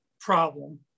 problem